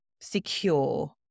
secure